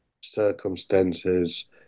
circumstances